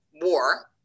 war